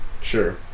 Sure